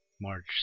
March